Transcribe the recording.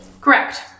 Correct